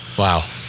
Wow